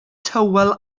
tywel